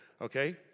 Okay